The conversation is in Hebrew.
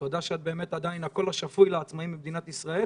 תודה שאת באמת עדיין הקול השפוי לעצמאיים במדינת ישראל,